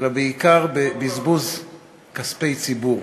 אלא בעיקר בבזבוז כספי ציבור.